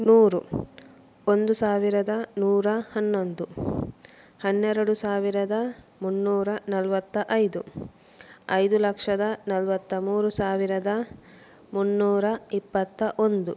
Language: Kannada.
ನೂರು ಒಂದು ಸಾವಿರದ ನೂರ ಹನ್ನೊಂದು ಹನ್ನೆರಡು ಸಾವಿರದ ಮುನ್ನೂರ ನಲ್ವತ್ತ ಐದು ಐದು ಲಕ್ಷದ ನಲ್ವತ್ತ ಮೂರು ಸಾವಿರದ ಮುನ್ನೂರ ಇಪ್ಪತ್ತ ಒಂದು